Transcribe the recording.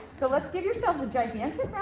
so let's give yourselves a gigantic